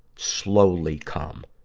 slowly come.